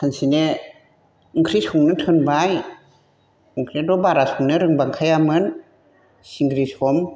सानसेनो ओंख्रि संनो थोनबाय ओंख्रियाथ' बारा संनो रोंबांखायामोन सिंग्रि सम